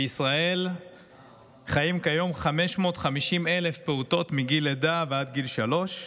בישראל חיים כיום 550,000 פעוטות מגיל לידה ועד גיל שלוש,